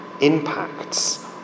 impacts